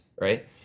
right